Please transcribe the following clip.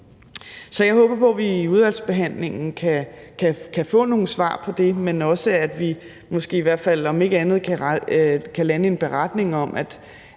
Så jeg håber på, at vi i udvalgsbehandlingen kan få nogle svar på det, men også at vi måske i hvert fald om ikke andet kan lande en beretning om,